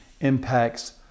impacts